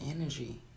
energy